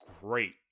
great